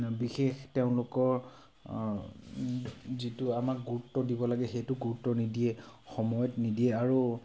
বিশেষ তেওঁলোকৰ যিটো আমাক গুৰুত্ব দিব লাগে সেইটো গুৰুত্ব নিদিয়ে সময়ত নিদিয়ে আৰু